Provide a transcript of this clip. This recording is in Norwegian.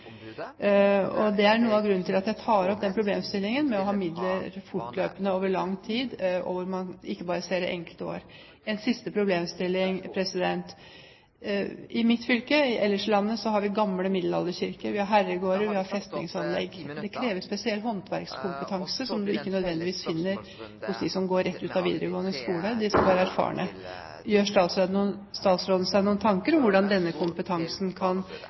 Det er noe av grunnen til at jeg tar opp den problemstillingen med å ha midler fortløpende og over lang tid, hvor man ikke bare ser det enkelte år. En siste problemstilling: I mitt fylke og ellers i landet har vi gamle middelalderkirker, vi har herregårder, og vi har festningsanlegg. Det krever spesiell håndverkskompetanse som man ikke nødvendigvis finner hos dem som går rett ut av videregående skole – de skal være erfarne. Gjør statsråden seg noen tanker om hvordan denne kompetansen kan